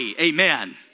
Amen